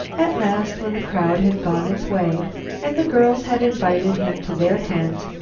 at last, when the crowd had gone its way and the girls had invited him to their tent,